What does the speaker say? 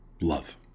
love